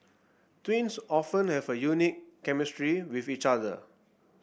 twins often have a unique chemistry with each other